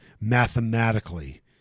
mathematically